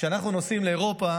כשאנחנו נוסעים לאירופה